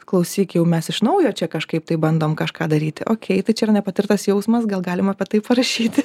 klausyk jau mes iš naujo čia kažkaip tai bandom kažką daryti okei tai čia yra nepatirtas jausmas gal galima apie tai parašyti